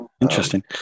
Interesting